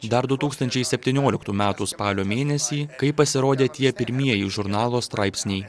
dar du tūkstančiai septynioliktų metų spalio mėnesį kai pasirodė tie pirmieji žurnalo straipsniai